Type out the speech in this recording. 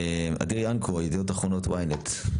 אדיר ינקו, ידיעות אחרונות, y-net.